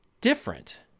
different